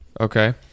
Okay